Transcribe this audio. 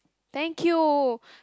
thank you